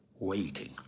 waiting